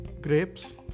Grapes